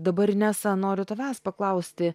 dabar inesa noriu tavęs paklausti